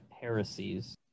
heresies